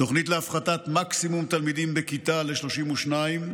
תוכנית להפחתת מקסימום תלמידים בכיתה ל-32,